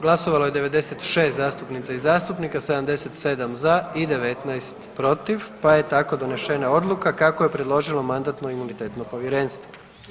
Glasovalo je 96 zastupnica i zastupnika, 77 za i 19 protiv pa je tako donešena odluka kako je predložilo Mandatno-imunitetno povjerenstvo.